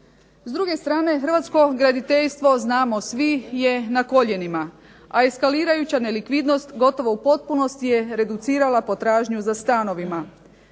S druge strane hrvatsko graditeljstvo, znamo svi, je na koljenima, a eskalirajuća nelikvidnost gotovo u potpunosti je reducirala potražnju za stanovima.